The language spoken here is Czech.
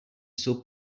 jsou